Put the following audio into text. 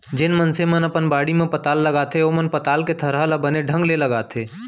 जेन मनसे मन अपन बाड़ी म पताल लगाथें ओमन पताल के थरहा ल बने ढंग ले लगाथें